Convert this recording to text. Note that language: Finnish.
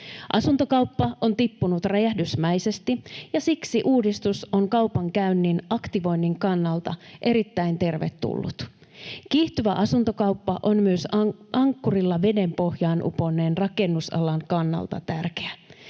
Asuntokauppa on tippunut räjähdysmäisesti, ja siksi uudistus on kaupankäynnin aktivoinnin kannalta erittäin tervetullut. Kiihtyvä asuntokauppa on myös ankkurilla veden pohjaan uponneen rakennusalan kannalta tärkeä.